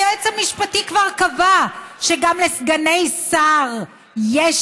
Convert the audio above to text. היועץ המשפטי כבר קבע שגם לסגני שר יש